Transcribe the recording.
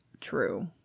true